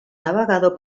navegador